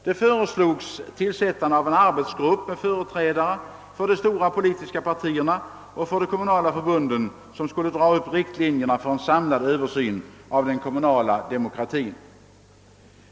Det föreslogs tillsättande av en arbetsgrupp med företrädare för de stora politiska partierna och för de kommunala förbunden, vilken skulle dra upp riktlinjerna för en samlad översyn av den kommunala demokratin.